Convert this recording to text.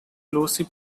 lucy